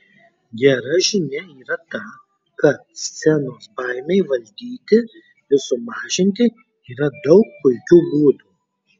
gera žinia yra ta kad scenos baimei valdyti ir sumažinti yra daug puikių būdų